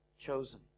Chosen